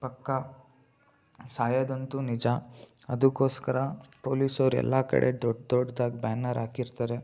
ಪಕ್ಕ ಸಾಯೋದಂತು ನಿಜ ಅದಕ್ಕೋಸ್ಕರ ಪೋಲೀಸರು ಎಲ್ಲ ಕಡೆ ದೊಡ್ಡ ದೊಡ್ದಾಗಿ ಬ್ಯಾನರ್ ಹಾಕಿರ್ತಾರೆ